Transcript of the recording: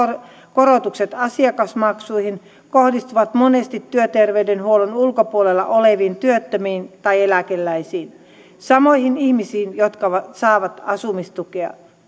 korotukset asiakasmaksuihin kohdistuvat monesti työterveydenhuollon ulkopuolella oleviin työttömiin tai eläkeläisiin samoihin ihmisiin jotka saavat asumistukea